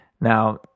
Now